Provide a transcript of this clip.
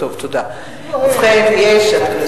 את לא יכולה להקצין סתם.